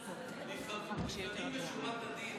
נעבור כעת לדיון האישי על פי התקנון.